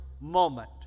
moment